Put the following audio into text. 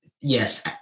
yes